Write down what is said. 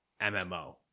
MMO